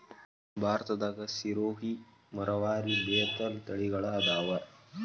ಭಾರತದಾಗ ಸಿರೋಹಿ, ಮರವಾರಿ, ಬೇತಲ ತಳಿಗಳ ಅದಾವ